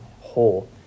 whole